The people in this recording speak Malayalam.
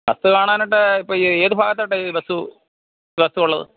ബസ്സ് കാണാനായിട്ട് ഇപ്പോള് ഏത് ഭാഗത്തായിട്ടാ ഈ ബസ്സ് ബസ്സുള്ളത്